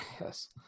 Yes